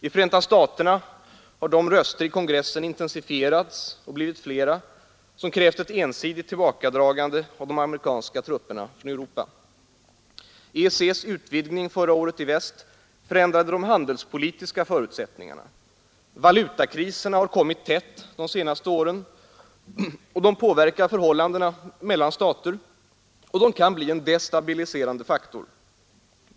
I Förenta staterna har de röster i kongressen intensifierats och blivit flera som krävt ett ensidigt tillbakadragande av de amerikanska trupperna från Europa. EEC:s utvidgning förra året i väst förändrade de handelspolitiska förutsättningarna. Valutakriserna, som kommit tätt de senaste åren, påverkar förhållandena mellan stater och kan bli en destabiliserande faktor.